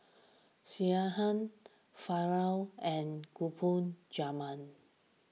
Sekihan Falafel and Gulab Jamun